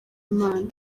imana